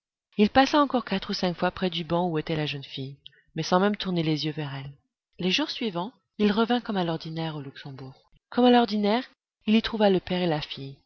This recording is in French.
il passa encore quatre ou cinq fois près du banc où était la jeune fille mais sans même tourner les yeux vers elle les jours suivants il revint comme à l'ordinaire au luxembourg comme à l'ordinaire il y trouva le père et la fille